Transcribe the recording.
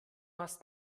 hast